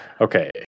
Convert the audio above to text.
Okay